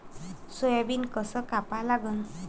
Soybean कस कापा लागन?